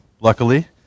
luckily